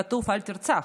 כתוב "לא תרצח",